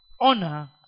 honor